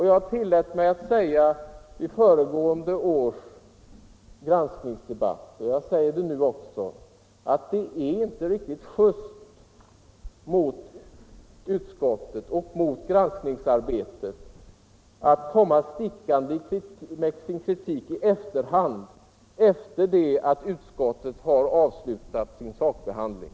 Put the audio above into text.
Jag tillät mig säga i föregående års granskningsdebatt, och jag säger det nu också, att det är inte riktigt just mot utskottet och mot granskningsarbetet att komma stickande med sin kritik i efterhand, sedan utskottet har avslutat sin sakbehandling.